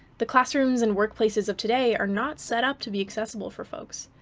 the classrooms and workplaces of today are not set up to be accessible for folks.